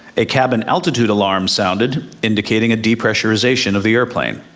a cabin altitude alarm sounded indicating a depressurization of the airplane.